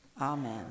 Amen